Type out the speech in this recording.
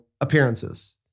appearances